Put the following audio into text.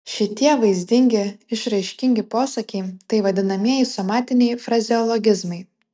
šitie vaizdingi išraiškingi posakiai tai vadinamieji somatiniai frazeologizmai